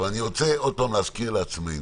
אבל אני רוצה עוד פעם להזכיר לעצמנו.